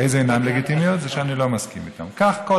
איזה אינן לגיטימיות?